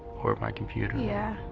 or my computer. yeah.